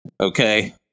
Okay